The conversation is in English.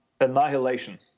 annihilation